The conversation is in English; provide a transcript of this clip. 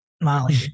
Molly